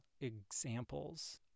examples